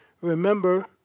remember